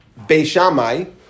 Beishamai